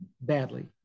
badly